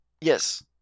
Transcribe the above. Yes